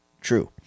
true